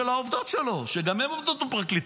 של העובדות שלו, שגם הן עובדות הפרקליטות.